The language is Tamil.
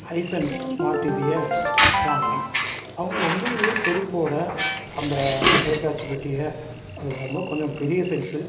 ஹைசன்ஸ் ஸ்மார்ட் டிவியை வாங்கினேன் அவங்க உண்மையில் பொறுப்போட அந்த தொலைக்காட்சி பெட்டியை அது ரொம்ப கொஞ்சம் பெரிய சைஸ்ஸு